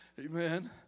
amen